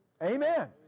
Amen